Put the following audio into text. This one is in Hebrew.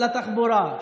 לתחבורה,